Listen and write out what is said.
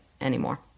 anymore